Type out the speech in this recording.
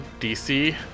DC